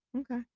okay